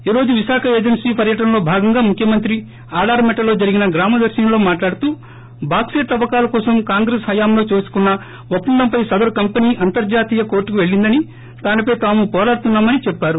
ఈ రోజు విశాఖ ఏజెన్సీ పర్యటనలో భాగంగా ముఖ్యమంత్రి ఆడారిమెట్టలో జరిగిన గ్రామదర్తినిలో మాట్లాడుతూ బాక్సెట్ తవ్వకాలకోసం కాంగ్రెస్ హయాంలో చేసుకున్న ఒప్పందంపై సదరు కంపెనీ అంతర్జాతీయ కోర్టుకు పెళ్లిందని దానిపై తాము పోరాడుతున్నామని చెప్పారు